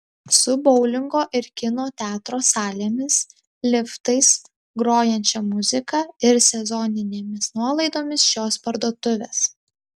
su boulingo ir kino teatro salėmis liftais grojančia muzika ir sezoninėmis nuolaidomis šios parduotuvės